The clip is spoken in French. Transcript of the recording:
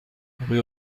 rue